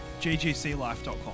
ggclife.com